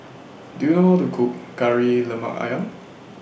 Do YOU know How to Cook Kari Lemak Ayam